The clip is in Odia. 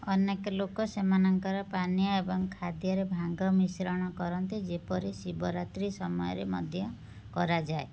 ଅନେକ ଲୋକ ସେମାନଙ୍କର ପାନୀୟ ଏବଂ ଖାଦ୍ୟରେ ଭାଙ୍ଗ ମିଶ୍ରଣ କରନ୍ତି ଯେପରି ଶିବରାତ୍ରୀ ସମୟରେ ମଧ୍ୟ କରାଯାଏ